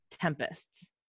tempests